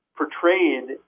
portrayed